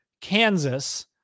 Kansas